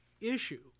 issue